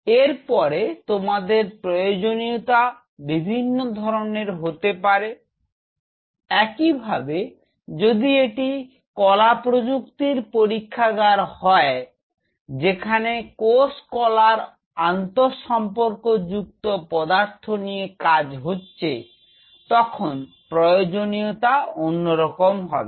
এরপরে তোমাদের প্রয়োজনীয়তা বিভিন্ন ধরনের হতে পারে একইভাবে যদি এটি কলা প্রযুক্তির পরীক্ষাগার হয় যেখানে কোষকলার আন্তঃসম্পর্ক যুক্ত পদার্থ নিয়ে কাজ হচ্ছে তখন প্রয়োজনীয়তা অন্যরকম হবে